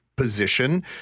position